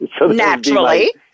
Naturally